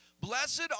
blessed